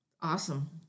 Awesome